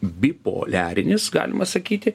bipoliarinis galima sakyti